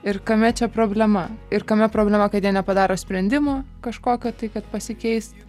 ir kame čia problema ir kame problema kad jie nepadaro sprendimo kažkokio tai kad pasikeist